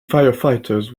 firefighters